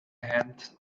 hand